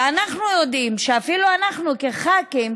אנחנו יודעים שאפילו אנחנו, כחברי כנסת,